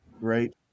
Right